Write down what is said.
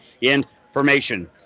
information